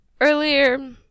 earlier